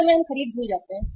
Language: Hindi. कुछ समय हम खरीद भूल जाते हैं